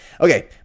Okay